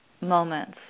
moments